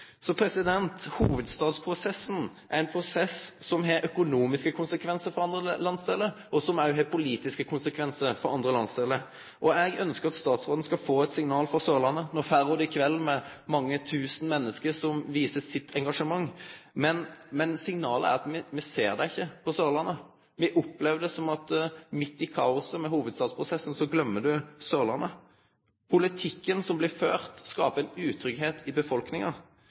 prosess som har økonomiske konsekvensar for andre landsdelar, og som også har politiske konsekvensar for andre landsdelar. Eg ønskjer at statsråden skal få eit signal frå Sørlandet. No får ho det i kveld ved at mange tusen menneske viser engasjementet sitt. Men signalet er at me ser henne ikkje på Sørlandet. Me opplever at midt i kaoset med hovudstadsprosessen gløymer ho Sørlandet. Politikken som blir ført, skaper utryggleik i befolkninga,